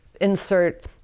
insert